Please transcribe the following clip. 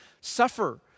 suffer